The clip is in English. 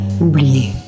oublié